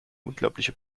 unglaubliche